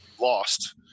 lost